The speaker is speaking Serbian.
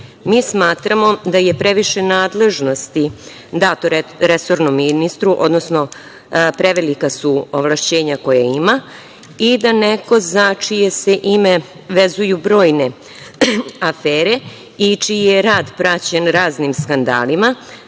ministarstvu. Smatramo da je previše nadležnosti dato resornom ministru, odnosno prevelika su ovlašćenja koje ima i da neko za čije se ime vezuju brojne afere i čiji je rad praćen raznim skandalima